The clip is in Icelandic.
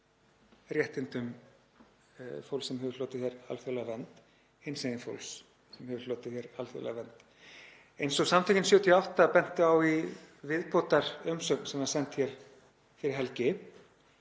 réttindum fólks sem hefur hlotið alþjóðlega vernd, hinsegin fólks sem hefur hlotið alþjóðlega vernd. Eins og Samtökin '78 bentu á í viðbótarumsögn sem var send hér fyrir helgi